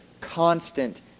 constant